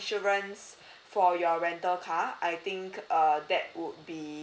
insurance for your rental car I think err that would be